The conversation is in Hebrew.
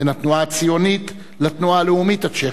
בין התנועה הציונית לתנועה הלאומית הצ'כית,